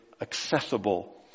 accessible